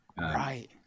Right